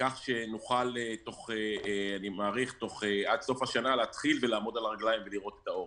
כך שנוכל עד סוף השנה להתחיל לעמוד על הרגליים ולראות את האור.